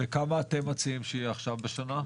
וכמה אתם מציעים שיהיה עכשיו בשנה?